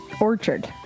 Orchard